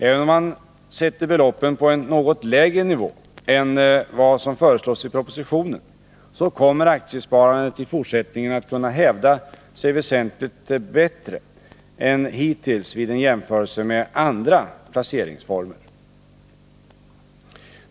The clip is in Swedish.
Även om man sätter beloppen på en något lägre nivå än vad som föreslås i propositionen, så kommer aktiesparandet i fortsättningen att kunna hävda sig väsentligt mycket bättre än hittills vid en jämförelse med andra placeringsformer.